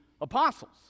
apostles